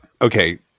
Okay